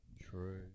True